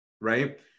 right